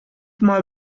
mal